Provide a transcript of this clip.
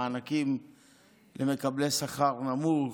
מענקים למקבלי שכר נמוך,